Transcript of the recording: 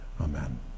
Amen